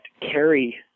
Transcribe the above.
carry